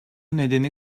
nedeni